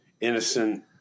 innocent